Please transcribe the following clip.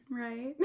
right